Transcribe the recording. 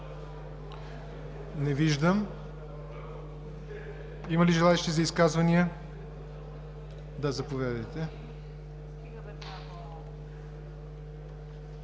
Не виждам. Има ли желаещи за изказвания? Заповядайте.